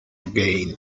again